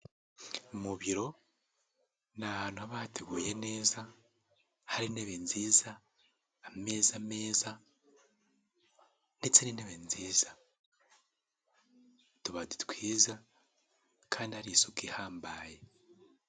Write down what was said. Mu biro ni ahantu haba hateguye neza, hari intebe nziza, ameza meza ndetse n'intebe nziza. Utubati twiza kandi hari isuku ihambaye.